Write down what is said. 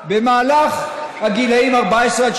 "במהלך הגילאים 14 18,